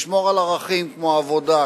לשמור על ערכים כמו עבודה,